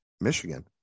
Michigan